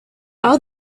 are